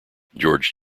george